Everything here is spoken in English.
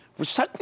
Recycling